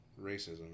Racism